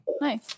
nice